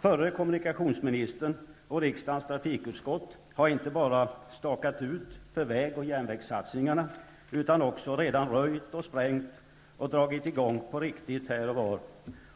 Förre kommunikationsministern och riksdagens trafikutskott har inte bara stakat ut för väg och järnvägssatsningarna utan också redan röjt och sprängt och dragit i gång på riktigt här och var,